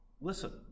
listen